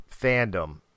fandom